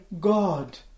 God